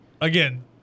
Again